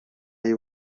y’u